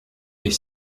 est